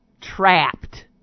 trapped